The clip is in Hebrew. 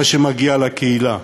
מה שמגיע לקהילה.